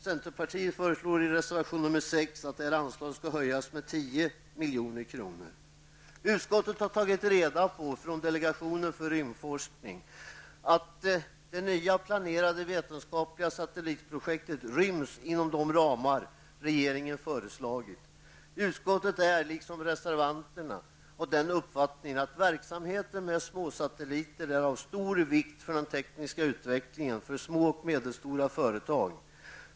Centerpartiet föreslår i reservation 6 att anslaget skall höjas med Utskottet har tagit reda på från delegationen för rymdforskning att det nya planerade vetenskapliga satellitprojektet ryms inom de ramar som regeringen har föreslagit. Utskottet är liksom reservanterna av den uppfattningen att verksamheten med småsatelliter är av stor vikt för den tekniska utvecklingen för små och medelstora företag.